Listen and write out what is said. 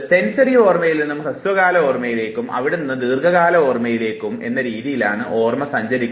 sensory ഓർമ്മയിൽ ഇന്ന് മുതൽ ഹ്രസ്വകാല ഓർമ്മയിലേക്കും അവിടെനിന്ന് ദീർഘകാല ഓർമ്മയിലേക്കും എന്ന രീതിയിലാണ് ഓർമ്മ സഞ്ചരിക്കുന്നത്